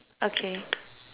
okay